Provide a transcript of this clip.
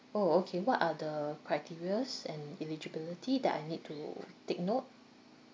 orh okay what are the criterias and eligibility that I need to take note